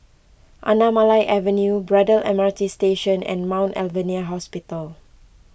Anamalai Avenue Braddell M R T Station and Mount Alvernia Hospital